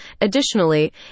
additionally